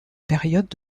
périodes